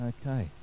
okay